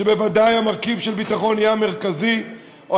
שבוודאי המרכיב של ביטחון יהיה מרכזי בה,